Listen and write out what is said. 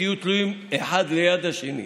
תהיו תלויים אחד ליד השני,